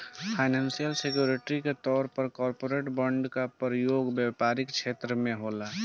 financial security के तौर पर कॉरपोरेट बॉन्ड के प्रयोग व्यापारिक छेत्र में होला